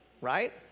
right